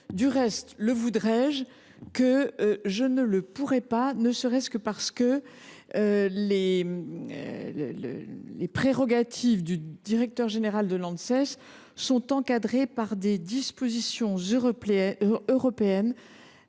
Du reste, le voudrais je que je ne le pourrais pas, tout simplement parce que les prérogatives du directeur général de l’Anses sont encadrées par des dispositions européennes